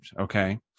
okay